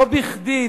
לא בכדי,